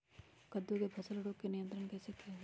कददु की फसल में रोग नियंत्रण कैसे किया जाए?